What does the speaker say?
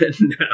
No